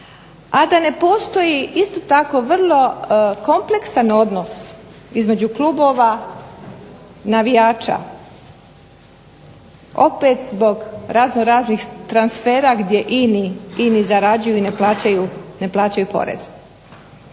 a da ne postoji isto tako vrlo kompleksan odnos između klubova navijača. Opet zbog raznoraznih transfera gdje ini zarađuju i ne plaćaju porez.